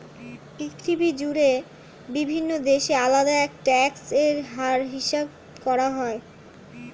পৃথিবী জুড়ে বিভিন্ন দেশে আলাদা ট্যাক্স এর হার হিসাব করা হয়